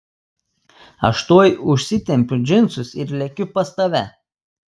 aš tuoj užsitempiu džinsus ir lekiu pas tave